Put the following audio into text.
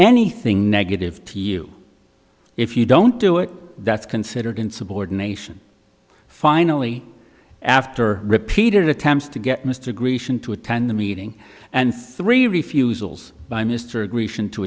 anything negative to you if you don't do it that's considered insubordination finally after repeated attempts to get mr grecian to attend the meeting and three refusals by mr grecian to